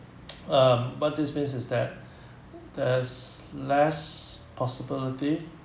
um what this means is that there's less possibility